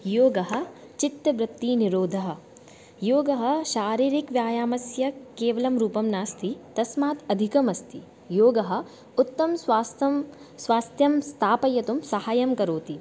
योगः चित्तवृत्तीनिरोधः योगः शारीरिकव्यायामस्य केवलं रूपं नास्ति तस्मात् अधिकमस्ति योगः उत्तमं स्वास्थं स्वास्थ्यं स्थापयितुं साहाय्यं करोति